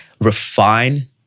refine